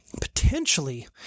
potentially